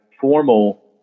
formal